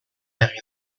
egin